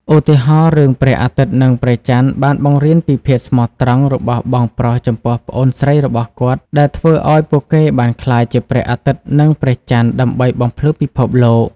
ឧទាហរណ៍ រឿង ព្រះអាទិត្យនិងព្រះចន្ទបានបង្រៀនពីភាពស្មោះត្រង់របស់បងប្រុសចំពោះប្អូនស្រីរបស់គាត់ ដែលធ្វើឲ្យពួកគេបានក្លាយជាព្រះអាទិត្យនិងព្រះចន្ទដើម្បីបំភ្លឺពិភពលោក។